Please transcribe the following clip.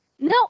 No